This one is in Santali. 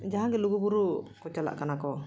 ᱡᱟᱦᱟᱸᱜᱮ ᱞᱩᱜᱩᱵᱩᱨᱩ ᱠᱚ ᱪᱟᱞᱟᱜ ᱠᱟᱱᱟ ᱠᱚ